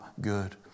good